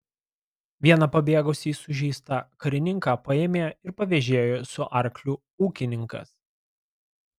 vieną pabėgusį sužeistą karininką paėmė ir pavėžėjo su arkliu ūkininkas